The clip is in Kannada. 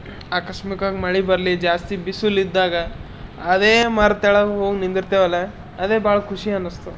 ಆಕಸ್ಮಿಕವಾಗಿ ಮಳೆ ಬರಲಿ ಜಾಸ್ತಿ ಬಿಸಿಲಿದ್ದಾಗ ಅದೇ ಮರದ ಕೆಳಗೆ ಹೋಗಿ ನಿಂದಿರ್ತವಲ್ಲ ಅಲ್ಲಿ ಭಾಳ ಖುಷಿ ಅನ್ನಿಸ್ತು